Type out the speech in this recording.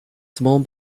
small